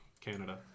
Canada